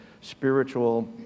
spiritual